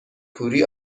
کوری